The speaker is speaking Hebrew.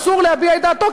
אסור להביע את דעתו,